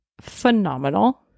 phenomenal